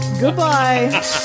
Goodbye